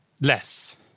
Less